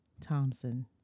Thompson